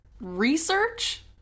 research